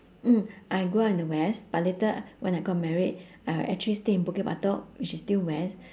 mm I grew up in the west but later when I got married I actually stay in bukit batok which is still west